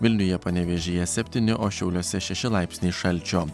vilniuje panevėžyje septyni o šiauliuose šeši laipsniai šalčio